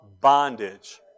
bondage